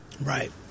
Right